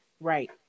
Right